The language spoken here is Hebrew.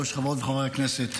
חברות וחברי הכנסת,